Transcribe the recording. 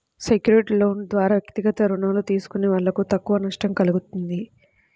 secured లోన్ల ద్వారా వ్యక్తిగత రుణాలు తీసుకునే వాళ్ళకు తక్కువ నష్టం కల్గుతుంది